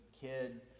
kid